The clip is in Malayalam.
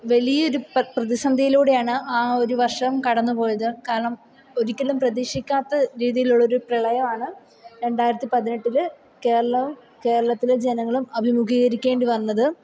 വലിയൊരു പ്രതിസന്ധിയിലൂടെയാണ് ആ ഒരു വർഷം കടന്നു പോയത് കാരണം ഒരിക്കലും പ്രതീക്ഷിക്കാത്ത രീതിയിലുള്ള ഒരു പ്രളയമാണ് രണ്ടായിരത്തിപ്പതിനെട്ടില് കേരളവും കേരളത്തിലെ ജനങ്ങളും അഭിമുഖീകരിക്കേണ്ടി വന്നത്